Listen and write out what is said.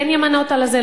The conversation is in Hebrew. כן ימנה אותה לזה,